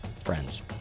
Friends